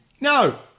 No